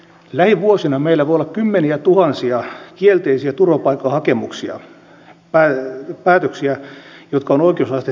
lähivuosina meillä voi olla kymmeniätuhansia kielteisiä turvapaikkapäätöksiä jotka ovat oikeusasteissa käsittelyssä